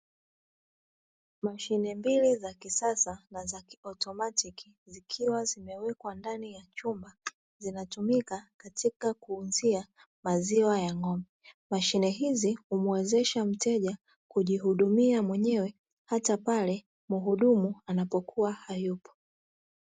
Mashine mbili za kisasa na za kiautomatiki, zikiwa zimewekwa ndani ya chumba, zinatumika katika kuuzia maziwa ya ng'ombe. Mashine hizi humuwezesha mteja kujihudumia mwenyewe, hata pale mhudumu anapokuwa hayupo.